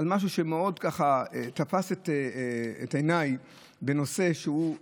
על משהו שמאוד תפס את עיניי בנושא שבו